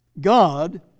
God